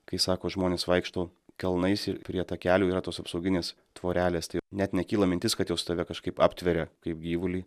kai sako žmonės vaikšto kalnais ir prie takelių yra tos apsauginės tvorelės tai net nekyla mintis kad jos tave kažkaip aptveria kaip gyvulį